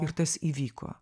ir tas įvyko